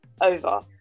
over